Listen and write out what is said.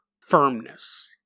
firmness